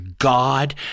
god